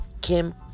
Kim